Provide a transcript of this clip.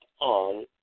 on